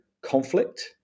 conflict